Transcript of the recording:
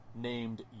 named